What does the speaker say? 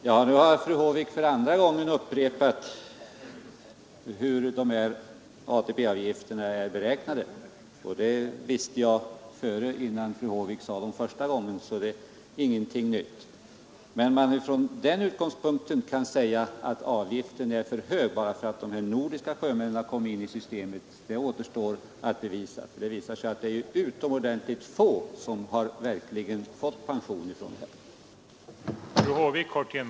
Herr talman! Nu har fru Håvik upprepat hur ATP-avgifterna är beräknade, och det visste jag innan fru Håvik berättade det första gången; det är inget nytt. Men att avgiften är för hög bara för att de nordiska sjömännen kommit in i systemet, det återstår att bevisa. Det har visat sig att det är utomordentligt få som verkligen fått pension härigenom.